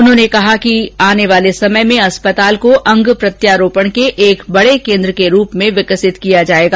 उन्होंने कहा आने वाले समय में अस्पताल को अंग प्रत्यारोपण के एक बड़े केंद्र के रूप में विकसित किया जायेगा